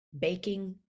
baking